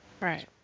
Right